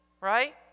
Right